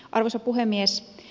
arvoisa puhemies